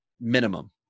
minimum